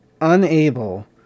unable